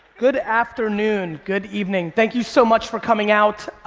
good afternoon, good evening. thank you so much for coming out.